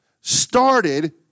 started